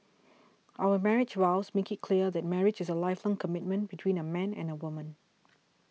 our marriage vows make it clear that marriage is a lifelong commitment between a man and a woman